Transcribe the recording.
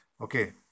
Okay